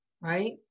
right